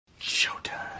Showtime